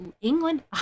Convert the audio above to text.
England